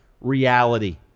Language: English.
reality